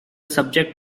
subject